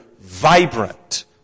vibrant